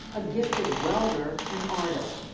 a gifted welder and artist.